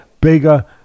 bigger